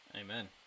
amen